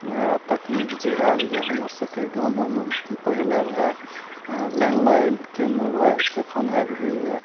नया तकनीक जे आयल यऽ हमर सबके गामोमे पहिले रहय लैंड लाइनके मोबाइल एखन आबि गेल यऽ